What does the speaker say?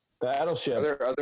Battleship